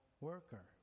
worker